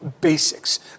basics